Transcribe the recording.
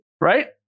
Right